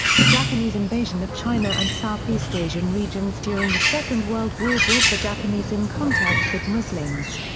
the japanese invasion of china and south east asian regions during the second world war brought the japanese in contact with muslims.